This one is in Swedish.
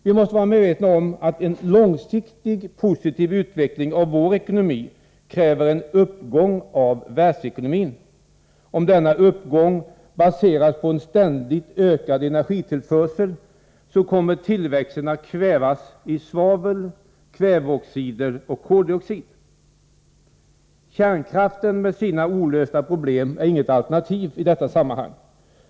Vi måste vara medvetna om att en långsiktigt positiv utveckling av vår ekonomi kräver en uppgång i världsekonomin. Om denna uppgång baseras på en ständigt ökad energitillförsel kommer tillväxten att kvävas i svavel, kväveoxider och koldioxider. Kärnkraften med sina olösta problem är inget alternativ i detta sammanhang.